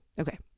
Okay